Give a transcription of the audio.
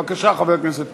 בבקשה, חבר הכנסת